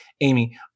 Amy